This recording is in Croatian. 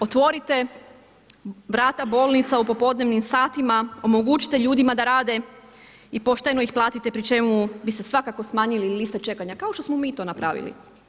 Otvorite vrata bolnica u popodnevnim satima, omogućite ljudima da rade i pošteno ih platite pri čemu bi se svakako smanjile liste čekanja, kao što smo mi to napravili.